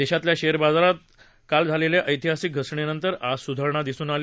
देशातल्या शेअर बाजारात काल झालेल्या ऐतिहासिक घसरणीनंतर आज स्धारणा दिसून आली